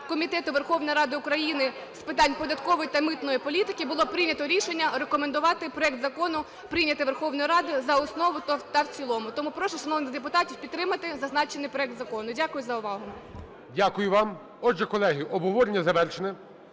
Комітету Верховної Ради України з питань податкової та митної політики було прийнято рішення рекомендувати проект закону прийняти Верховною Радою за основу та в цілому. Тому прошу шановних депутатів підтримати зазначений проект закону. Дякую за увагу. ГОЛОВУЮЧИЙ. Дякую вам. Отже, колеги, обговорення завершено.